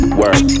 work